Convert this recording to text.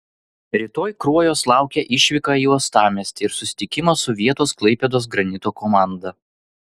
rytoj kruojos laukia išvyka į uostamiestį ir susitikimas su vietos klaipėdos granito komanda